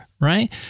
right